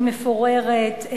היא מפוררת.